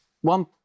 One